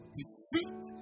defeat